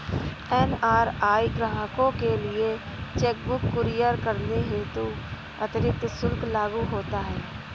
NRI ग्राहकों के लिए चेक बुक कुरियर करने हेतु अतिरिक्त शुल्क लागू होता है